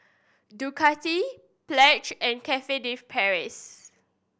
Ducati Pledge and Cafe De Paris